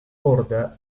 borda